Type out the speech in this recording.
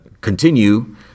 continue